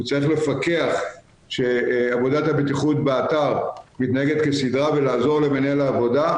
הוא צריך לפקח שעבודת הבטיחות באתר מתנהגת כסדרה ולעזור למנהל העבודה,